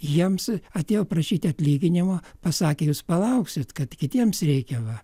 jiems atėjo prašyti atlyginimo pasakė jūs palauksit kad kitiems reikia va